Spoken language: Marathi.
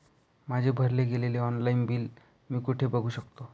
माझे भरले गेलेले ऑनलाईन बिल मी कुठे बघू शकतो?